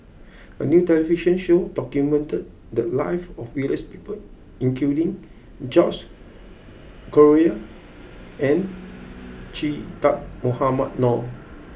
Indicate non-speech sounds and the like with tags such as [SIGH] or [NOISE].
[NOISE] a new television show documented the lives of various people including George Collyer and Che Dah Mohamed Noor